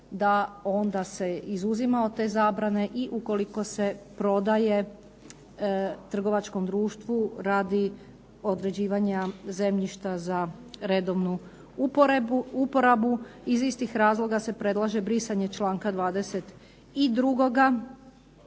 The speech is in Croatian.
da onda se izuzima od te zabrane i ukoliko se prodaje trgovačkom društvu radi određivanja zemljišta za redovnu uporabu iz istih razloga se predlaže brisanje članka 22.